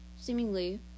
seemingly